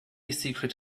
secret